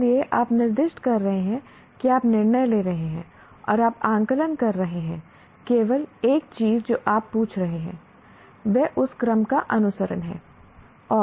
इसलिए आप निर्दिष्ट कर रहे हैं कि आप निर्णय ले रहे हैं और आप आकलन कर रहे हैं केवल एक चीज जो आप पूछ रहे हैं वह उस क्रम का अनुसरण है